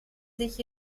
sich